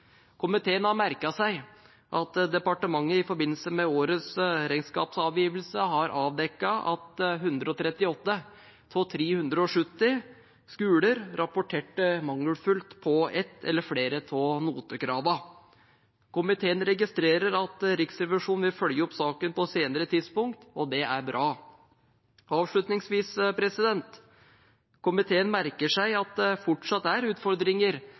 Komiteen har merket seg at departementet i forbindelse med årets regnskapsavgivelse har avdekket at 138 av 370 skoler rapporterte mangelfullt på ett eller flere av notekravene. Komiteen registrerer at Riksrevisjonen vil følge opp saken på et senere tidspunkt, og det er bra. Avslutningsvis: Komiteen merker seg at det fortsatt er utfordringer